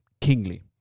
kingly